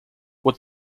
what